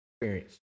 experience